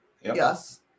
Yes